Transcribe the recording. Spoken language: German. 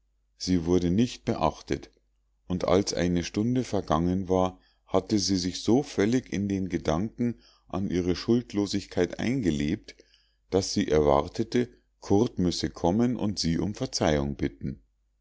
sie wurde nicht beachtet und als eine stunde vergangen war hatte sie sich so völlig in den gedanken an ihre schuldlosigkeit eingelebt daß sie erwartete curt müsse kommen und sie um verzeihung bitten